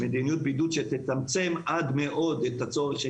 מדיניות בידוד שתצמצם מאוד את הצורך של